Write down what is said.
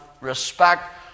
respect